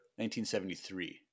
1973